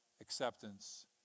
acceptance